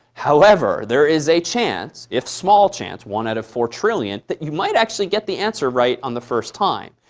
however there is a chance, if small chance one out of four trillion that you might actually get the answer right on the first time.